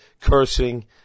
cursing